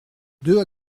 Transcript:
deux